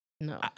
No